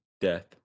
death